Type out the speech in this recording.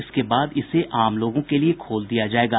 इसके बाद इसे आम लोगों के लिए खोल दिया जायेगा